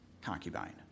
concubine